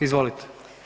Izvolite.